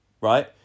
right